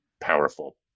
powerful